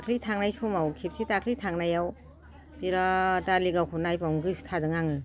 दाखालि थांनाय समाव खेबसे दाखालि थांनायाव बिराद धालिगावखौ नायबावनो गोसो थादों आङो